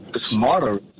smarter